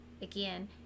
again